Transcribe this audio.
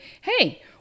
hey